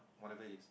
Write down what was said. whatever it is